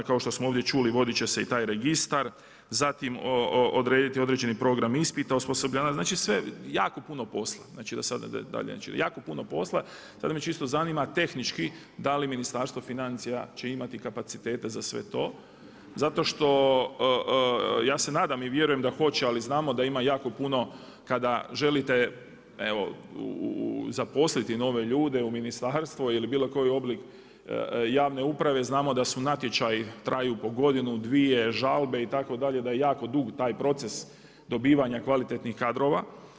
Kao što smo ovdje čuli vodit će se i taj registar, zatim odrediti određeni program ispita osposobljavanja, znači jako puno sve da sada ne čitam, jako puno posla tako da me čisto zanima tehnički da li Ministarstvo financija će imati kapacitete za sve to zato što ja se nadam i vjerujem da hoće ali znamo da ima jako puno kada želite zaposliti nove ljude u Ministarstvo ili bilo koji oblik javne uprave znamo da natječaji traju po godinu, dvije, žalbe itd. da je jako dug taj proces dobivanja kvalitetnih kadrova.